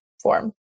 form